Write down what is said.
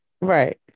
Right